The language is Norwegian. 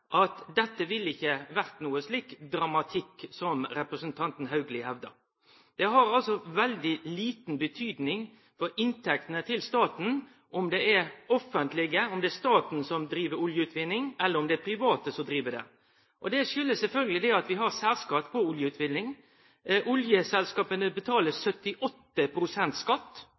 at det ikkje ville vere nokon dramatikk i dette som representanten Haugli hevda. Det har lita betyding for inntektene til staten om det er staten som driv oljeutvinning, eller om det er private som gjer det. Det kjem sjølvsagt av at vi har særskatt på oljeutvinning. Oljeselskapa betalar 78 pst. skatt.